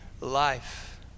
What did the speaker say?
life